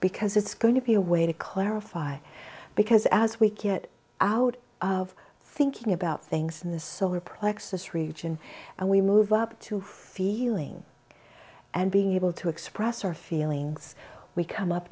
because it's going to be a way to clarify because as we get out of thinking about things in the solar plexus region and we move up to feeling and being able to express our feelings we come up